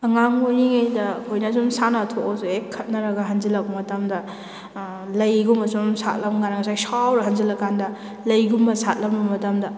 ꯑꯉꯥꯡ ꯑꯣꯏꯔꯤꯉꯩꯗ ꯑꯩꯈꯣꯏꯅ ꯑꯁꯨꯝ ꯁꯥꯟꯅꯕ ꯊꯣꯛꯑꯖꯨ ꯍꯦꯛ ꯈꯠꯅꯔꯒ ꯍꯟꯖꯤꯜꯂꯛꯄ ꯃꯇꯝꯗ ꯂꯩꯒꯨꯝꯕ ꯁꯨꯝ ꯁꯥꯠꯂꯝꯒꯟ ꯉꯁꯥꯏ ꯁꯥꯎꯔꯒ ꯍꯟꯖꯤꯜꯂꯛꯀꯥꯟꯗ ꯂꯩꯒꯨꯝꯕ ꯁꯥꯠꯂꯝꯕ ꯃꯇꯝꯗ